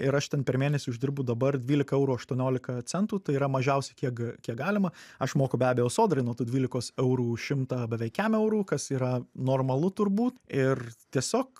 ir aš ten per mėnesį uždirbu dabar dvylika eurų aštuoniolika centų tai yra mažiausiai kiek ga kiek galima aš moku be abejo sodrai nuo tų dvylikos eurų šimtą beveik kem eurų kas yra normalu turbūt ir tiesiog